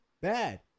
bad